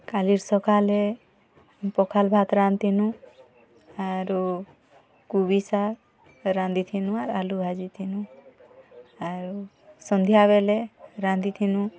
କାଲିର୍ ସକାଲେ ପଖାଲ୍ ଭାତ୍ ରାନ୍ଧିଥିନୁ ଆରୁ କୁବି ଶାଗ୍ ରାନ୍ଧିଥିନୁ ଆରୁ ଆଲୁ ଭାଜିଥିନୁ ଆରୁ ସଂଧ୍ୟା ବେଲେ ରାନ୍ଧିଥିନୁ